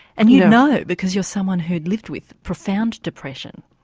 and you'd know because you're someone who'd lived with profound depression.